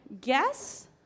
guess